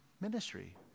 ministry